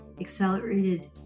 accelerated